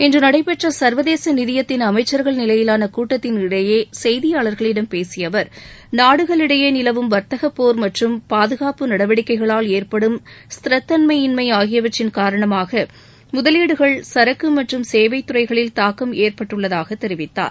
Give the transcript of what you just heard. இன்று நடைபெற்ற சா்வதேச நிதியத்தின் அமைச்சா்கள் நிலையிலான கூட்டத்தின் இடையே செய்தியாளர்களிடம் பேசிய அவர் நாடுகளிடையே நிலவும் வர்த்தக போர் மற்றும் பாதுகாப்பு நடவடிக்கைகளால் ஏற்படும் ஸ்திரத்தன்மையின்மை ஆகியவற்றின் காரணமாக முதலீடுகள் சரக்கு மற்றும் சேவைகளில் தாக்கம் ஏற்பட்டுள்ளதாக தெரிவித்தார்